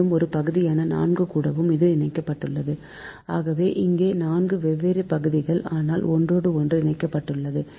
மேலும் ஒரு பகுதியான 4 கூடவும் இது இணைக்கப்பட்டுள்ளது ஆக இங்கே 4 வெவ்வேறு பகுதிகள் ஆனால் ஒன்றோடொன்று இணைக்கப்பட்டுள்ளன